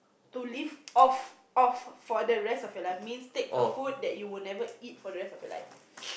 to leave off off for the rest of your life means take a food that you never eat for the rest of your life